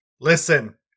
Listen